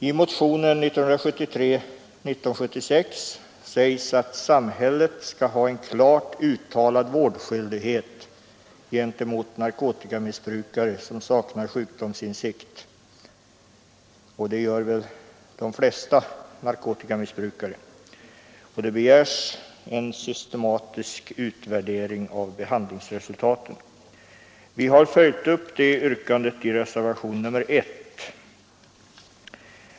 I motionen nr 1975 år 1973 heter det att samhället skall ha ”en klart uttalad vårdskyldighet gentemot narkotikamissbrukare som saknar sjukdomsinsikt” och det gör väl de flesta narkotikamissbrukare. Vidare begärs en systematisk utredning av behandlingsresultaten. Vi har följt upp det yrkandet i reservationen 1.